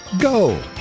Go